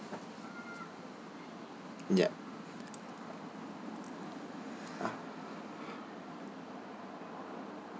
yup ah